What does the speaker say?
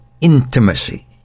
intimacy